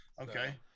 Okay